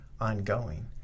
ongoing